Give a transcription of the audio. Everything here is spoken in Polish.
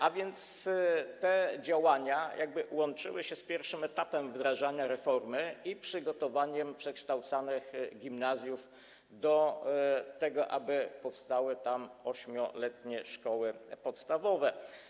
A więc te działania łączyły się z pierwszym etapem wdrażanej reformy i przygotowaniem przekształcanych gimnazjów do tego, aby powstały tam 8-letnie szkoły podstawowe.